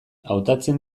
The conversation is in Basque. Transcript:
hautatzen